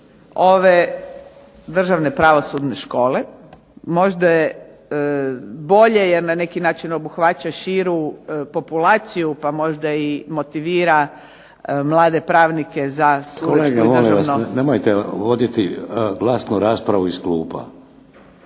ove državne pravosudne škole. Bolje je jer na neki način obuhvaća širu populaciju pa možda i motivira mlade pravnike za… **Šeks, Vladimir (HDZ)** Kolege molim vas nemojte voditi glasnu raspravu iz klupa.